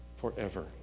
forever